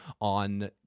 on